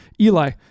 Eli